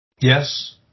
Yes